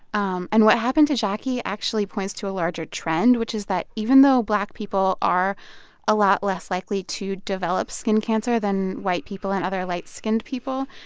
um and what happened to jackie actually points to a larger trend, which is that, even though black people are a lot less likely to develop skin cancer than white people and other light-skinned people,